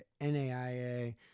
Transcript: NAIA